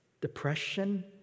depression